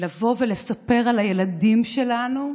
לבוא ולספר על הילדים שלנו,